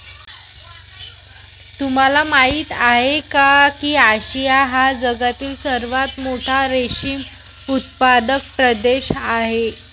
तुम्हाला माहिती आहे का की आशिया हा जगातील सर्वात मोठा रेशीम उत्पादक प्रदेश आहे